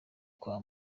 kwa